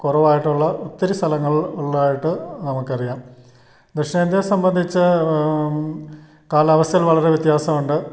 കുറവായിട്ടുള്ള ഒത്തിരി സ്ഥലങ്ങൾ ഉള്ളതായിട്ട് നമുക്കറിയാം ദക്ഷിണേന്ത്യയെ സംബന്ധിച്ച് കാലാവസ്ഥയിൽ വളരെ വ്യത്യാസം ഉണ്ട്